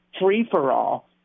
free-for-all